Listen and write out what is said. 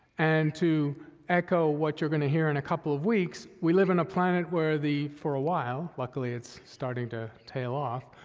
and to echo what you're gonna hear in a couple of weeks, we live on a planet where the, for a while, luckily, it's starting to tail off,